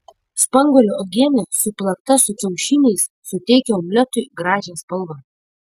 spanguolių uogienė suplakta su kiaušiniais suteikia omletui gražią spalvą